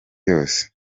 yose